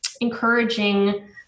encouraging